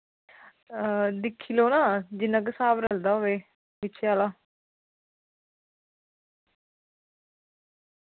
दिक्खी लैओ ना जिन्ना क स्हाब रलदा होवे बिच्चे आह्ला